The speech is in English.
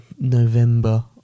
November